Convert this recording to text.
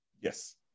Yes